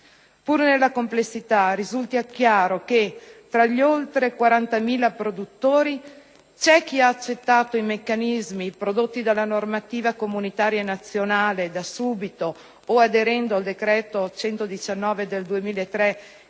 Pur nella complessità, risulta chiaro che, tra gli oltre 40.000 produttori, c'è chi ha accettato i meccanismi prodotti dalla normativa comunitaria e nazionale, da subito o aderendo alla legge n. 119 del 2003